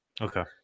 Okay